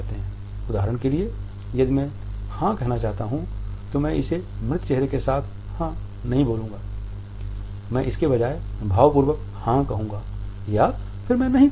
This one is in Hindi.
उदाहरण के लिए यदि मैं हां कहना चाहता हूं तो मैं इसे मृत चेहरे के साथ हां नहीं बोलूंगा मैं इसके बजाय भाव पूर्वक हां कहूँगा या फिर मैं नहीं कहूँगा